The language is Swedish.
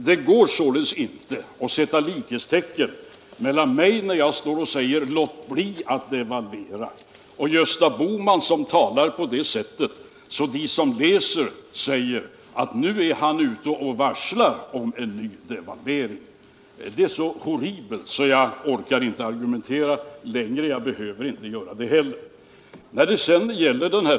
Det går således inte att sätta likhetstecken mellan mig, när jag säger låt bli att devalvera, och Gösta Bohman när han talar på ett sådant sätt att de som läser hans uttalanden gör den reflexionen att nu är han ute och varslar om en ny devalvering. Det är så horribelt så jag orkar inte argumentera längre. Jag behöver inte göra det heller.